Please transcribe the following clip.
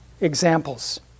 examples